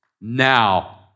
now